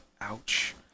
ouch